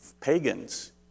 pagans